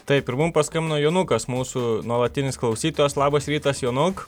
taip ir mum paskambino jonukas mūsų nuolatinis klausytojas labas rytas jonuk